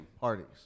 parties